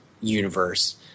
universe